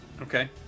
Okay